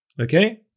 Okay